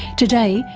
today,